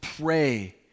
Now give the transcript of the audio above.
Pray